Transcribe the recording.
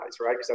right